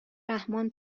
رحمان